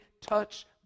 touch